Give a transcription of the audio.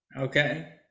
Okay